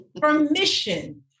permission